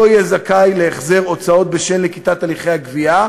לא יהיה זכאי להחזר הוצאות בשל נקיטת הליכי הגבייה.